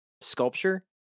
sculpture